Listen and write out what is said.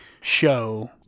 show